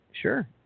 Sure